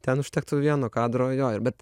ten užtektų vieno kadro jo ir bet